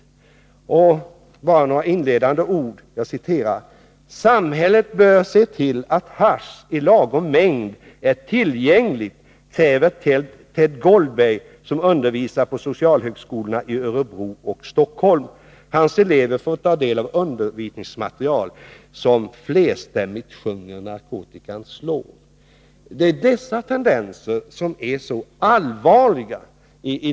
Jag skall bara citera några inledande ord: Samhället bör se till att hasch i lagom mängd är lättillgängligt, kräver Ted Goldberg, som undervisar på socialhögskolorna i Örebro och Stockholm. Hans elever får ta del av undervisningsmaterial som flerstämmigt sjunger narkotikans lov.” Sådana tendenser i dagens samhälle är mycket allvarliga.